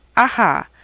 aha!